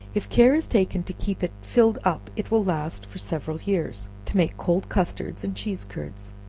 if care is taken to keep it filled up, it will last for several years, to make cold custard and cheese curds.